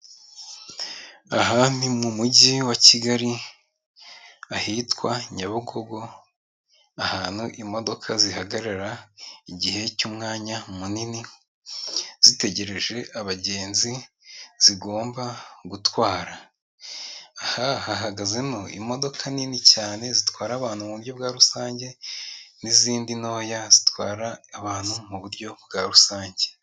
Aha ni mu mujyi wa Kigali ahitwa Nyabugogo, ahantu imodoka zihagarara igihe cy'umwanya munini, zitegereje abagenzi zigomba gutwara, aha hahagazemo imodoka nini cyane zitwara abantu mu buryo bwa rusange, n'izindi ntoya zitwara abantu mu buryo bwa rusange.